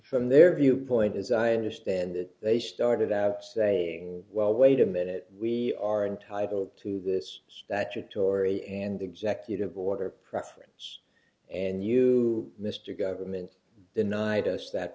from their viewpoint as i understand it they started out saying well wait a minute we are entitled to this statutory and executive water preference and you mr government denied us that